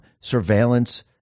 surveillance